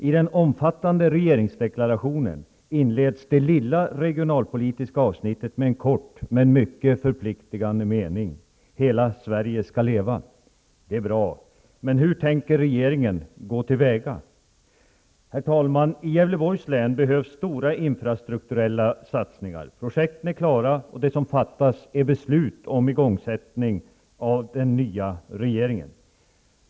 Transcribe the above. I den omfattande regeringsdeklarationen inleds det lilla regionalpolitiska avsnittet med en kort men mycket förpliktande mening: ''Hela Sverige skall leva''. Det är bra, men hur tänker regringen gå till väga? Herr talman! I Gävleborgs län behövs stora infrastrukturella satsningar. Projekten är klara, och det som fattas är beslut av den nya regeringen om igångsättning.